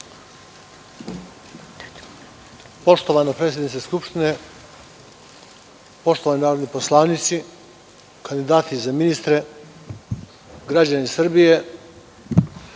Poštovana predsednice Skupštine, poštovani narodni poslanici, kandidati za ministre, građani Srbije,